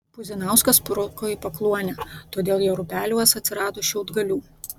puzinauskas spruko į pakluonę todėl jo rūbeliuos atsirado šiaudgalių